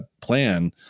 plan